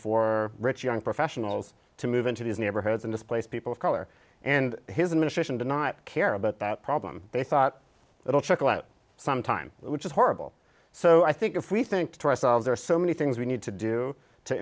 for rich young professionals to move into these neighborhoods and displaced people of color and his administration did not care about that problem they thought little trickle out some time which is horrible so i think if we think to ourselves there are so many things we need to do to